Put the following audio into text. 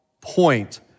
point